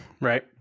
Right